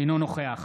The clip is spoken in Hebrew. אינו נוכח